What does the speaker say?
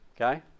Okay